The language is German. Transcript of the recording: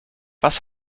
was